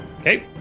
Okay